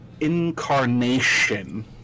incarnation